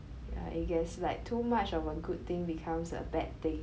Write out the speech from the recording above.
yeah I guess like too much of a good thing becomes a bad thing